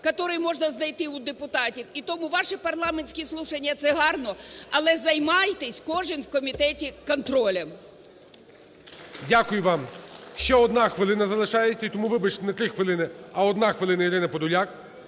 можна знайти у депутатів! І тому ваші парламентські слушания – це гарно, але займайтесь кожен в комітеті контролем. ГОЛОВУЮЧИЙ. Дякую вам. Ще одна хвилина залишається. І тому, вибачте, не 3 хвилини, а 1 хвилина, Ірина Подоляк.